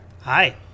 Hi